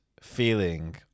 feeling